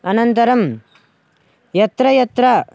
अनन्तरं यत्र यत्र